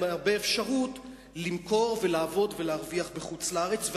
אפשרות רבה למכור ולעבוד ולהרוויח בחוץ-לארץ,